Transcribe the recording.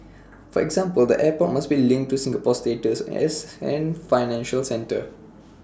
for example the airport must be linked to Singapore's status as an financial centre